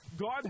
God